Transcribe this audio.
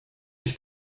ich